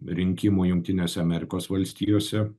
rinkimų jungtinėse amerikos valstijose